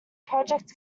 project